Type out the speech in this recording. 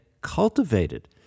cultivated